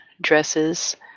dresses